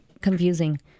confusing